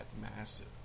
massive